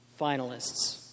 finalists